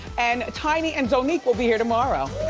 and tiny and donique will be here tomorrow.